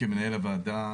כמנהל הוועדה,